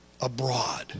abroad